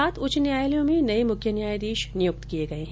सात उच्च न्यायालयों में नये मुख्य न्यायाधीश नियुक्त किये गये हैं